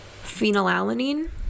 phenylalanine